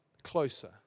closer